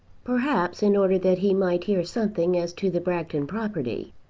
perhaps in order that he might hear something as to the bragton property.